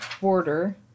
border